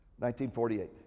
1948